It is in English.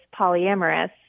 polyamorous